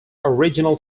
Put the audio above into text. original